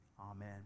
amen